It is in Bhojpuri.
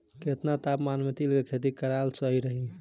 केतना तापमान मे तिल के खेती कराल सही रही?